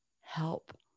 help